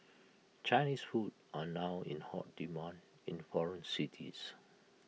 Chinese food are now in hot demand in foreign cities